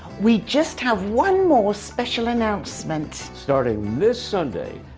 we just have one more special announcement. starting this sunday,